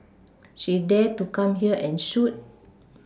she dare to come here and shoot